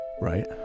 Right